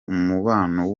umubano